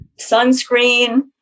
sunscreen